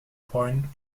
point